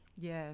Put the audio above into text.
Yes